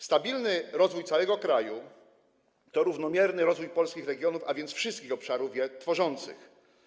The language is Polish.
Stabilny rozwój całego kraju to równomierny rozwój polskich regionów, a więc wszystkich obszarów je tworzących.